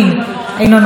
אינו נוכח,